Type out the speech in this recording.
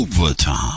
Overtime